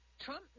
Trump